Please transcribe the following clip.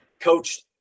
coached